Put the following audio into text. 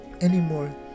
anymore